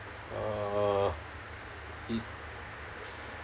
uh it